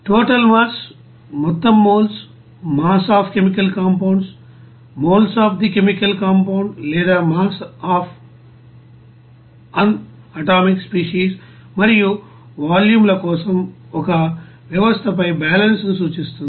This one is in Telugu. టోటల్ మాస్ మొత్తం moles mass of chemical compounds moles of the chemical compound లేదా mass of an atomic species మరియు వాల్యూమ్ల కోసం ఒక వ్యవస్థపై బాలన్స్ ను సూచిస్తుంది